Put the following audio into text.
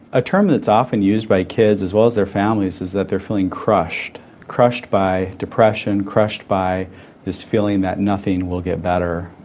a term that's often used by kids as well as their families is that they're feeling crushed. crushed by depression, crushed by this feeling that nothing will get better,